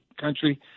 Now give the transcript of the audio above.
country